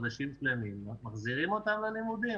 מחזירים אותם ללימודים.